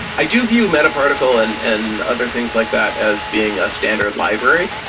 i do view metaparticle and and other things like that as being a standard library.